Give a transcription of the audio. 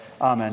Amen